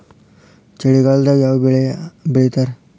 ಚಳಿಗಾಲದಾಗ್ ಯಾವ್ ಬೆಳಿ ಬೆಳಿತಾರ?